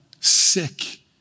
sick